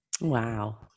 Wow